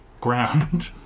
ground